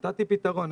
נתתי פתרון.